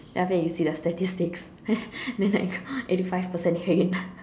then after that you see the statistics then then like eighty five percent hate